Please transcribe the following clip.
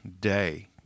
day